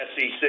SEC